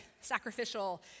sacrificial